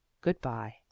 good-bye